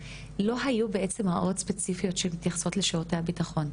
לא היו בעצם הוראות ספציפיות שמתייחסות בעצם לשירותי הביטחון,